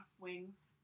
Wings